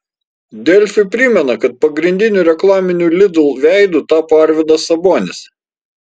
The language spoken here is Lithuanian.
delfi primena kad pagrindiniu reklaminiu lidl veidu tapo arvydas sabonis